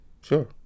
Sure